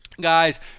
guys